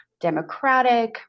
democratic